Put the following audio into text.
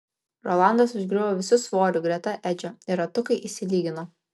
rolandas užgriuvo visu svoriu greta edžio ir ratukai išsilygino